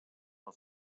del